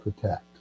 protect